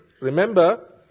remember